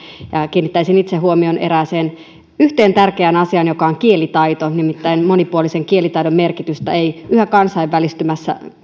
kiinnittäisin itse huomion yhteen tärkeään asiaan joka on kielitaito nimittäin monipuolisen kielitaidon merkitystä ei yhä kansainvälistyvämmässä